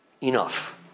enough